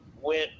went